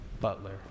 Butler